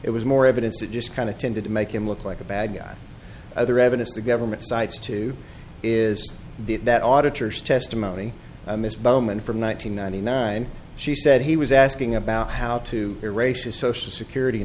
it was more evidence it just kind of tended to make him look like a bad guy other evidence the government sites too is that auditors testimony miss bowman from one nine hundred ninety nine she said he was asking about how to erase his social security